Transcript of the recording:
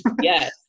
yes